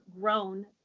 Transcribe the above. grown